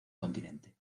continente